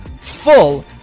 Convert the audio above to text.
full